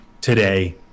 today